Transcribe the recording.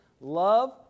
love